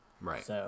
Right